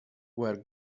where